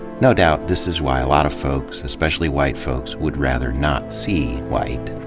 no doubt, this is why a lot of folks, especially white folks, would rather not see white.